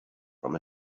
from